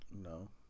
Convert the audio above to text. No